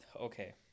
Okay